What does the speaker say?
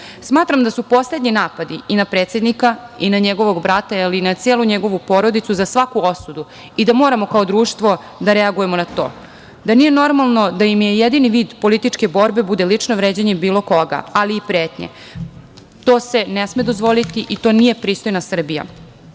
da su poslednji napadi i na predsednika i na njegovog brata, ali i na celu njegovu porodicu za svaku osudu i da moramo kao društvo da reagujemo na to. Da nije normalno da im je jedini vid političke borbe bude lično vređanje bilo koga, ali i pretnje. To se ne sme dozvoliti i to nije pristojna Srbija.